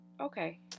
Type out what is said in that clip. Okay